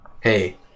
Hey